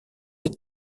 des